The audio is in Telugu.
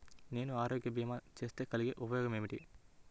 నేను ఆరోగ్య భీమా చేస్తే కలిగే ఉపయోగమేమిటీ?